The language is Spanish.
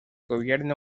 gobierno